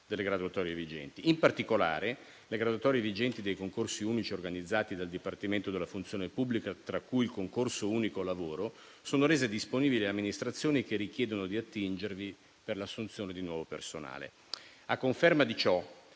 delle graduatorie vigenti. In particolare, le graduatorie vigenti dei concorsi unici organizzati dal Dipartimento della funzione pubblica, tra cui il concorso unico lavoro, sono rese disponibili alle amministrazioni che richiedono di attingervi per l'assunzione di nuovo personale. A conferma di ciò,